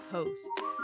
Hosts